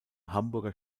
hamburger